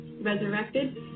resurrected